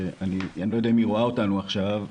אני לא יודע אם היא רואה אותנו עכשיו,